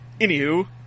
Anywho